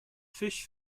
fish